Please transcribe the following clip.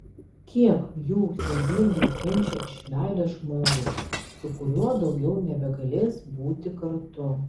kiek jų siaubingai kenčia iš meilės žmogui su kuriuo daugiau nebegalės būti kartu